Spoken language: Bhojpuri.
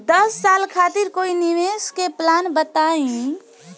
दस साल खातिर कोई निवेश के प्लान बताई?